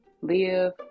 live